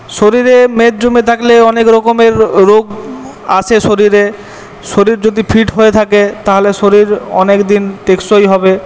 শরীরে মেদ জমে থাকলে অনেক রকমের রোগ আসে শরীরে শরীর যদি ফিট হয়ে থাকে তাহলে শরীর অনেক দিন টেকসই হবে